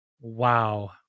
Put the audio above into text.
Wow